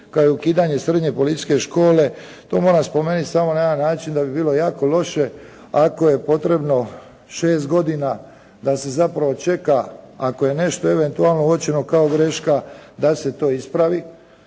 kao i ukidanje Srednje policijske škole, to moram spomenuti samo na jedan način da bi bilo jako loše, ako je potrebno šest godina da se zapravo čeka, ako je nešto eventualno uočeno kao greška da se to ispravi,